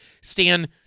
stand